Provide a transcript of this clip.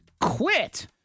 quit